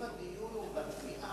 אם הדיון הוא בתביעה